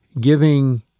giving